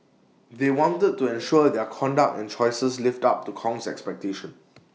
they wanted to ensure their conduct and choices lived up to Kong's expectations